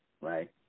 right